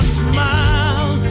smile